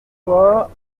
toits